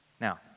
Now